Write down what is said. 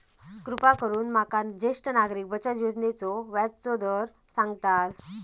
कृपा करून माका ज्येष्ठ नागरिक बचत योजनेचो व्याजचो दर सांगताल